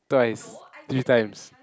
twice three times